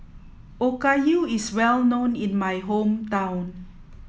Okayu is well known in my hometown